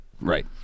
Right